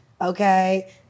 okay